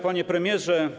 Panie Premierze!